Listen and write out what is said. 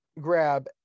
grab